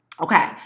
Okay